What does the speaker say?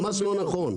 ממש לא נכון.